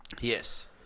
Yes